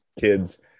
kids